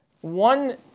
one